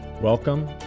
Welcome